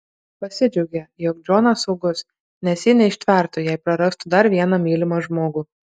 pasidžiaugė jog džonas saugus nes ji neištvertų jei prarastų dar vieną mylimą žmogų